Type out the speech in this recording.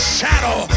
shadow